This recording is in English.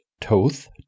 Toth